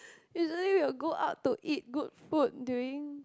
usually we will go out to eat good food during